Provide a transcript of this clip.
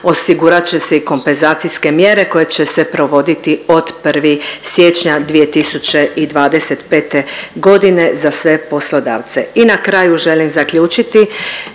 Osigurat će se i kompenzacijske mjere koje će se provoditi od 1. siječnja 2025. godine za sve poslodavce. I na kraju želim zaključiti